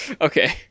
Okay